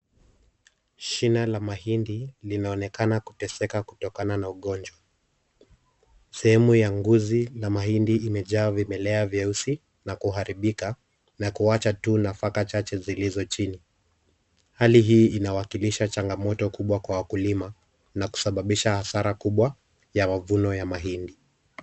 Shina la mahindi linaonekana kuteseka kutokana na ugonjwa. Sehemu ya nguzi la mahindi imejaa vimelea vyeusi na kuharibika, na kuacha tu nafaka chache zilizo chini. Hali hii inawakilisha changamoto kubwa kwa wakulima, na kusababisha hasara kubwa ya mavuno ya mahindi.